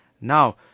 now